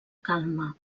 calma